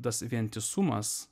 tas vientisumas